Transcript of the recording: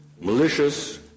malicious